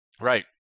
Right